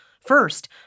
First